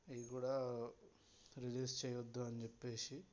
ఏవీ కూడా రిలీజ్ చేయొద్దు అని చెప్పేసి